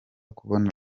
kubana